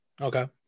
Okay